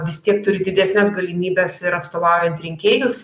vis tiek turi didesnes galimybes ir atstovaujant rinkėjus